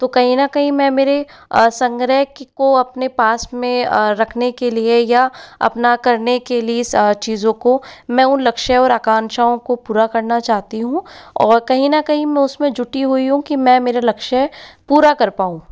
तो कहीं न कहीं मैं मेरे संग्रह को अपने पास में रखने के लिए या अपना करने के लिए चीजों को मैं उन लक्ष्य और आकांक्षाओं को पूरा करना चाहती हूँ और कहीं न कहीं मैं उसमें जुटी हुई हूँ कि मैं मेरा लक्ष्य पूरा कर पाऊँ